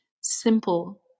Simple